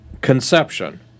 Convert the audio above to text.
conception